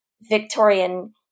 Victorian